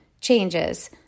changes